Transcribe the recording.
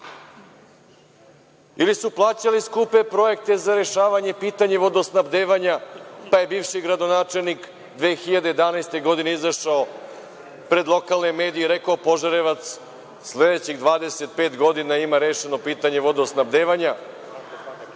Ili su plaćali skupe projekte za rešavanje pitanja vodosnabdevanja, pa je bivši gradonačelnik 2011. godine izašao pred lokalne medije i rekao – Požarevac sledećih 25 godina ima rešeno pitanje vodosnabdevanja,